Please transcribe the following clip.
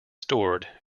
stored